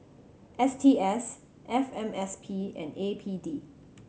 S T S F M S P and A P D